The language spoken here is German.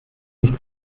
nicht